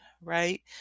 right